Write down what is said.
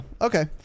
Okay